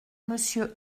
monsieur